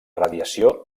radiació